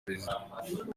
perezida